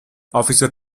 officer